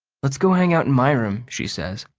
let's go hang out in my room, she says.